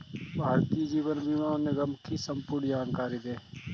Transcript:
भारतीय जीवन बीमा निगम की संपूर्ण जानकारी दें?